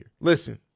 Listen